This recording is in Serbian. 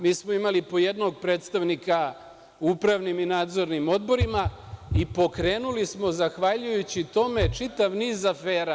Mi smo imali po jednog predstavnika u upravnim i nadzornim odborima i pokrenuli smo zahvaljujući tome čitav niz afera.